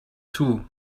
too